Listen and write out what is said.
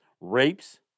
rapes